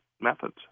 methods